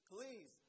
Please